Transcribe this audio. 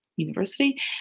university